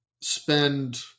spend